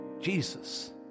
Jesus